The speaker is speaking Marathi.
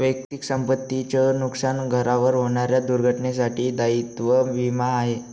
वैयक्तिक संपत्ती च नुकसान, घरावर होणाऱ्या दुर्घटनेंसाठी दायित्व विमा आहे